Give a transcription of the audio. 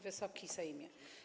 Wysoki Sejmie!